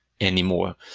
anymore